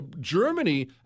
Germany